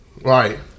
Right